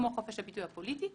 כמו חופש הביטוי הפוליטי,